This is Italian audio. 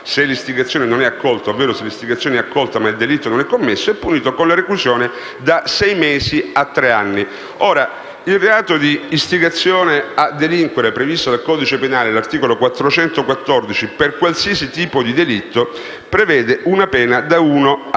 se l'istigazione non è accolta ovvero se l'istigazione è accolta ma il delitto non è commesso, è punito con la reclusione da sei mesi a tre anni». Ora il reato di istigazione a delinquere, previsto dal codice penale all'articolo 414, per qualsiasi tipo di delitto prevede una pena da uno a